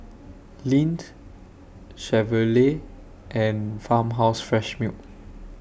Lindt Chevrolet and Farmhouse Fresh Milk